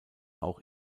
auch